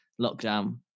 lockdown